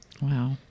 Wow